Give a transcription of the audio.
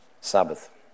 Sabbath